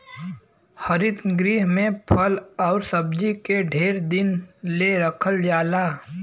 हरित गृह में फल आउर सब्जी के ढेर दिन ले रखल जाला